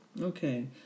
Okay